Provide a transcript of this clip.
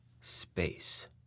space